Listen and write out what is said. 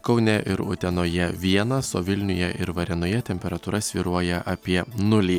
kaune ir utenoje vienas o vilniuje ir varėnoje temperatūra svyruoja apie nulį